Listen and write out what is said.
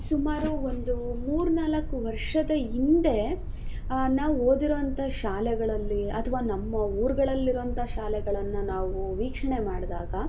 ಸುಮಾರು ಒಂದು ಮೂರು ನಾಲ್ಕು ವರ್ಷದ ಹಿಂದೆ ನಾವು ಓದಿರೊವಂಥ ಶಾಲೆಗಳಲ್ಲಿ ಅಥ್ವಾ ನಮ್ಮ ಊರುಗಳಲ್ಲಿರುವಂಥ ಶಾಲೆಗಳನ್ನು ನಾವು ವೀಕ್ಷಣೆ ಮಾಡಿದಾಗ